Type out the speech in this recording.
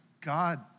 God